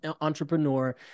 entrepreneur